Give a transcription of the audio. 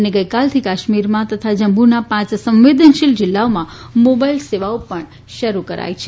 અને ગઇકાલથી કાશ્મીરમાં તથા જમ્મુના પાંચ સંવેદનશીલ જિલ્લાઓમાં મોબાઇલ સેવાઓ પણ શરૂ કરાઇ છે